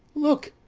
look,